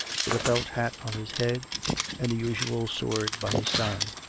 with a felt hat on his head and the usual sword by his side.